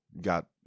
got